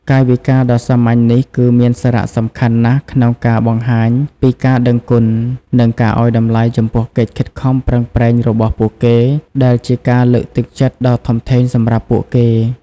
កាយវិការដ៏សាមញ្ញនេះ គឺមានសារៈសំខាន់ណាស់ក្នុងការបង្ហាញពីការដឹងគុណ និងការឱ្យតម្លៃចំពោះកិច្ចខិតខំប្រឹងប្រែងរបស់ពួកគេ ដែលជាការលើកទឹកចិត្តដ៏ធំធេងសម្រាប់ពួកគេ។